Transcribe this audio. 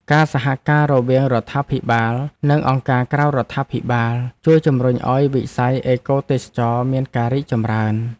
ការសហការរវាងរដ្ឋាភិបាល និងអង្គការក្រៅរដ្ឋាភិបាលជួយជម្រុញឱ្យវិស័យអេកូទេសចរណ៍មានការរីកចម្រើន។